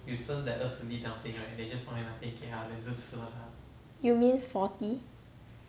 you mean forty